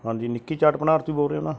ਹਾਂਜੀ ਨਿੱਕੀ ਚਾਟ ਭੰਡਾਰ ਤੋਂ ਬੋਲ ਰਹੇ ਹੋ ਨਾ